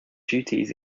duties